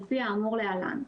על פי האמור להלן: